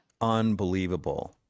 Unbelievable